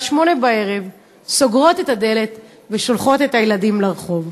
20:00 סוגרים את הדלת ושולחים את הילדים לרחוב.